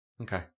Okay